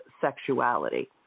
sexuality